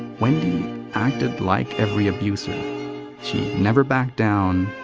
wendy acted like every abuser she never backed down,